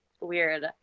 weird